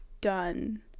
done